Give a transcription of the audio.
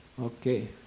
Okay